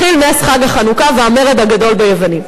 ערבייה.